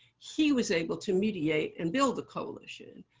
he was able to mediate and build a coalition.